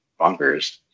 bonkers